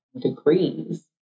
degrees